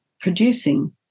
producing